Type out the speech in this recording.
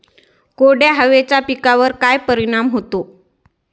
कोरड्या हवेचा पिकावर काय परिणाम होतो?